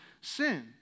sin